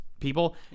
people